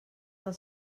del